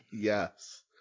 Yes